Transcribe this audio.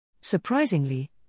Surprisingly